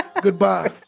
Goodbye